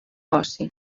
negoci